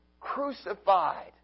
Crucified